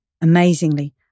amazingly